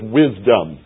wisdom